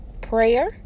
prayer